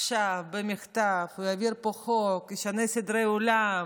עכשיו במכתב, הוא יעביר פה חוק, ישנה סדרי עולם,